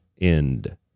End